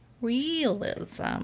realism